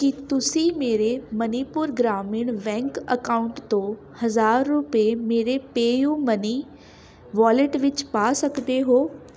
ਕੀ ਤੁਸੀਂ ਮੇਰੇ Manipur Gramin bank account ਤੋਂ ਹਜ਼ਾਰ ਰੁਪਏ ਮੇਰੇ ਪੇਯੂ ਮਨੀ ਵੋਲਟ ਵਿੱਚ ਪਾ ਸਕਦੇ ਹੋ